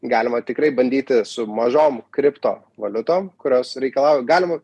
galima tikrai bandyti su mažom kripto valiutom kurios reikalauja galima